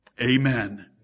Amen